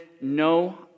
no